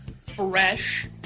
fresh